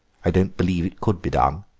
i don't believe it could be done.